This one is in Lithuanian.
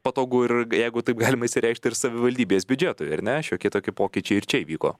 patogu ir jeigu taip galima išsireikšt ir savivaldybės biudžetui ar ne šiokie tokie pokyčiai ir čia įvyko